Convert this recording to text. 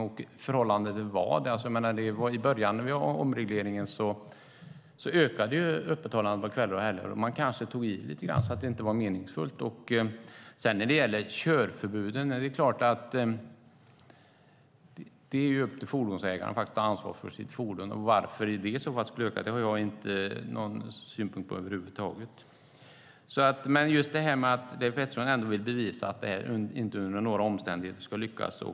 I början av omregleringen ökade ju öppethållandet på kvällar och helger, och man kanske tog i lite grann så att det inte var meningsfullt. När det gäller körförbuden är det klart att det är upp till fordonsägaren att ta ansvar för sitt fordon. Varför körförbuden skulle öka har jag ingen synpunkt på över huvud taget. Leif Pettersson vill bevisa att detta inte under några omständigheter ska lyckas.